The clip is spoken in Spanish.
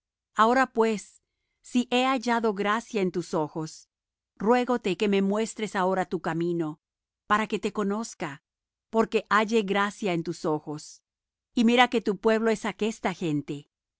ahora pues si he hallado gracia en tus ojos ruégote que me muestres ahora tu camino para que te conozca porque halle gracia en tus ojos y mira que tu pueblo es aquesta gente